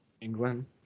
England